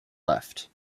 left